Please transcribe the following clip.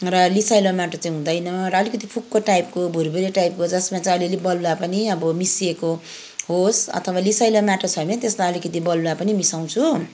र लिसाइलो माटो चाहिँ हुँदैन र अलिकति फुक्को टाइपको भुरभुरे टाइपको जसमा चाहिँ अलिअलि बलुवा पनि अब मिसिएको होस् अथवा लिसाइलो माटो छ भने त्यसमा अलिकति बलुवा पनि मिसाउँछु